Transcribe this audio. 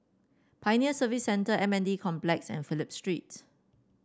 Pioneer Service Centre M N D Complex and Phillip Street